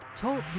Talk